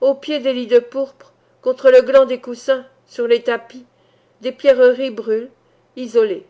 aux pieds des lits de pourpre contre le gland des coussins sur les tapis des pierreries brûlent isolées